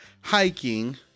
hiking